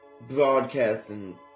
broadcasting